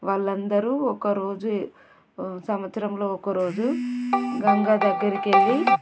వాళ్ళు అందరూ ఒకరోజు సంవత్సరంలో ఒకరోజు గంగ దగ్గరికి వెళ్ళి